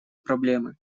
проблемы